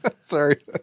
Sorry